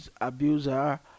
abuser